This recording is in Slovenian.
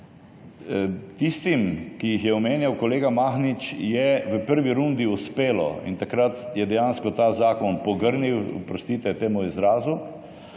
tistim, ki jih je omenjal kolega Mahnič, je v prvi rundi uspelo. Takrat je dejansko ta zakon pogrnil, oprostite temu izrazu.